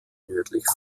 nördlich